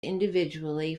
individually